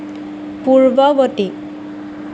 পূৰ্ববৰ্তী